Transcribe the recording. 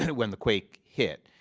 and when the quake hit.